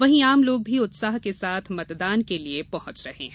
वहीं आम लोग भी उत्साह के साथ मतदान के लिये पहुंच रहे है